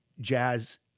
jazz